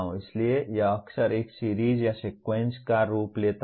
इसलिए यह अक्सर एक सीरीज़ या सीक्वेंस का रूप ले लेता है